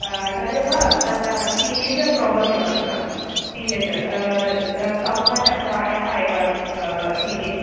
तदेव तत्र टीनेजर् प्रोब्लमेव तत्र अस्ति टीनेजर् कौमारः प्रायः एव टीनेज्